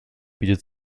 bietet